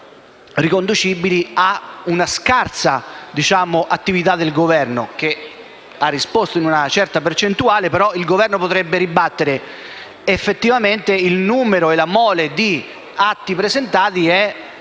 sono riconducibili a una scarsa attività del Governo, che ha risposto in una certa percentuale, perché potrebbe ribattere che, effettivamente, il numero e la mole degli atti presentati sono